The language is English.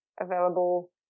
available